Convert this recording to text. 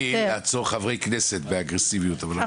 היא לא הכתובת, אנחנו